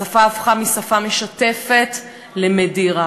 השפה הפכה משפה משתפת למדירה.